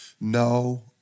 no